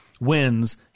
wins